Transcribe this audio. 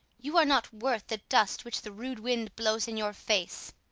you are not worth the dust which the rude wind blows in your face!